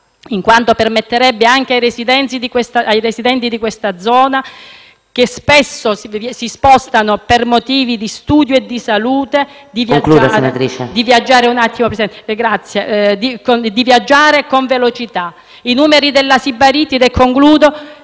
in quanto permetterebbe anche ai residenti di questa zona, che spesso si spostano per motivi di studio e di salute, di viaggiare con velocità. PRESIDENTE. La invito a concludere,